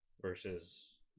versus